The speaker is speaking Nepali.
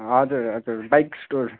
हजुर हजुर बाइक स्टोर